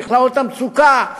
מכלאות המצוקה,